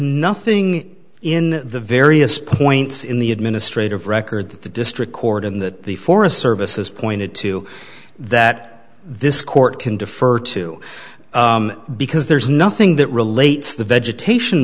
nothing in the various points in the administrative record that the district court in that the forest service has pointed to that this court can defer to because there's nothing that relates the vegetation